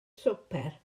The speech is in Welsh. swper